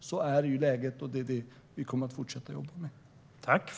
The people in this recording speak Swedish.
Sådant är läget, och det är detta vi kommer att fortsätta att jobba med.